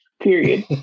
Period